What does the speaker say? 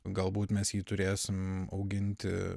galbūt mes jį turėsim auginti